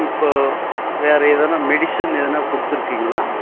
இப்போ வேறு ஏதனா மெடிசன் ஏதனா கொடுத்துருக்கீங்களா